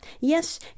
yes